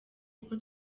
uko